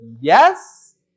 yes